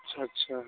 अच्छा अच्छा